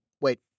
wait